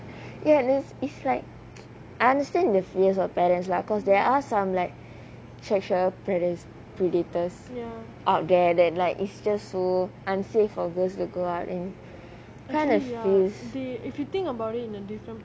ya this is like I understand the fears of parents lah because there are some like sexual predators out there that is like just so unsafe for girls to go out and kind of feels